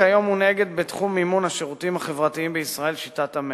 כיום מונהגת בתחום מימון השירותים החברתיים בישראל שיטת ה"מצ'ינג"